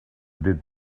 did